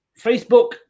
Facebook